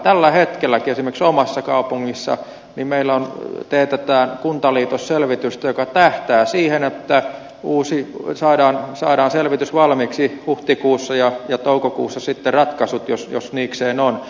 tällä hetkelläkin esimerkiksi omassa kaupungissa meillä teetetään kuntaliitosselvitystä joka tähtää siihen että saadaan selvitys valmiiksi huhtikuussa ja toukokuussa sitten ratkaisut jos niikseen on